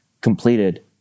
completed